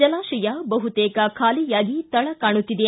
ಜಲಾಶಯ ಬಹುತೇಕ ಖಾಲಿಯಾಗಿ ತಳ ಕಾಣುತ್ತಿದೆ